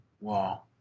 wow